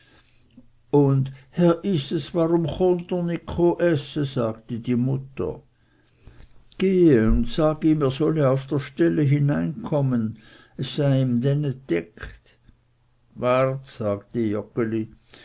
und herr yses warum chuntr nit cho esse sagte die mutter gehe und sag ihm er solle auf der stelle hineinkommen es sei ihm dänne deckt wart sagte